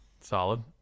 Solid